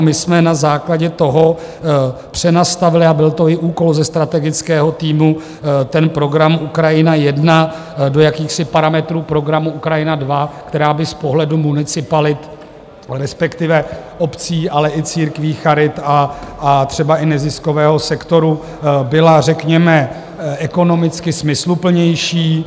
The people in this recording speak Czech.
My jsme na základě toho přenastavili a byl to i úkol ze strategického týmu program Ukrajina I do jakýchsi parametrů programu Ukrajina II, která by z pohledu municipalit, respektive obcí, ale i církví, charit a třeba i neziskového sektoru, byla řekněme ekonomicky smysluplnější...